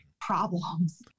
problems